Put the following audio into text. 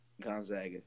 Gonzaga